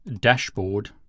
dashboard